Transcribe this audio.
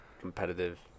Competitive